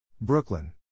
Brooklyn